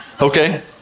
Okay